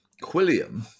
Quilliam